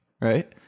right